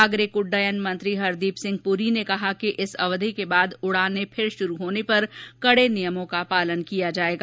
नागरिक उड्डन मंत्री हरदीप सिंह पुरी ने कहा कि इस अवधि के बाद उड़ाने फिर शुरू होने पर कड़े नियमों का पालन किया जाएगा